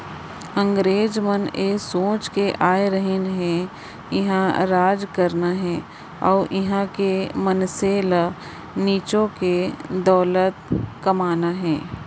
अंगरेज मन ए सोच के आय रहिन के इहॉं राज करना हे अउ इहॉं के मनसे ल निचो के दौलत कमाना हे